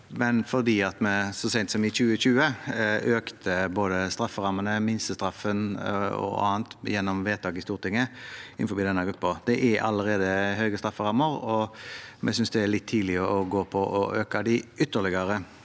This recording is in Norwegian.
men fordi vi så sent som i 2020 økte både strafferammene, minstestraffen og annet gjennom vedtak i Stortinget innen denne gruppen. Det er allerede høye strafferammer, og vi synes det er litt tidlig å øke dem ytterligere.